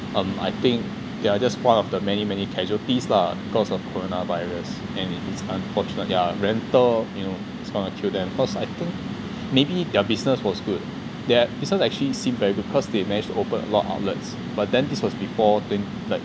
um I think they are just one of the many many casualties lah because of coronavirus and it is unfortunate yeah rental you know it's gonna kill them cause I think maybe their business was good their business actually seem very good because they managed to open a lot of outlets but then this was before twenty like